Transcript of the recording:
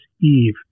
Eve